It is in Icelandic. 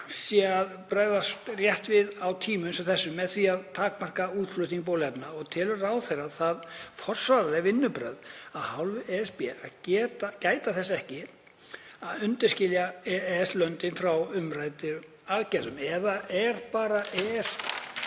að ESB bregðist rétt við á tímum sem þessum með því að takmarka útflutning bóluefna? Telur ráðherra það forsvaranleg vinnubrögð af hálfu ESB að gæta þess ekki að undanskilja EES-löndin frá umræddum aðgerðum? Eða er ESB